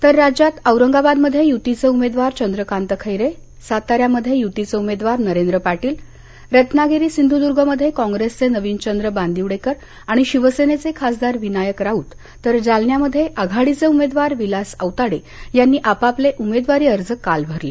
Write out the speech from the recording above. तर राज्यात औरंगाबादमध्ये युतीचे उमेदवार चंद्रकांत खैरे साताऱ्यामध्ये युतीचे उमेदवार नरेंद्र पाटील रत्नागिरी सिंधुद्र्गमध्ये काँग्रेसचे नवीनचंद्र बांदिवडेकर आणि शिवसेनेचे खासदार विनायक राऊत तर जालन्यामध्ये आघाडीचे उमेदवार विलास औताडे यांनी आपापले उमेदवारी अर्ज काल भरले